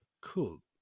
Cool